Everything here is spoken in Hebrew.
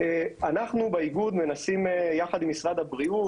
אנחנו באיגוד מנסים יחד עם משרד הבריאות,